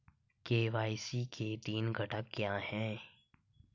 KYC के तीन घटक क्या हैं?